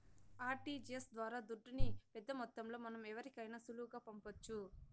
RTGS ద్వారా దుడ్డుని పెద్దమొత్తంలో మనం ఎవరికైనా సులువుగా పంపొచ్చు